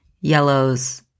yellows